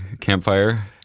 campfire